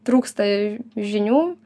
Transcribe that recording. trūksta žinių